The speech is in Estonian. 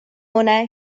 une